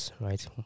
right